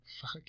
Fuck